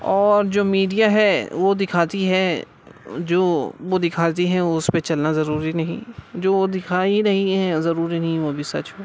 اور جو میڈیا ہے وہ دکھاتی ہے جو وہ دکھاتی ہے اس پہ چلنا ضروری نہیں جو دکھا ہی رہی ہے ضروری نہیں کہ وہ سچ ہو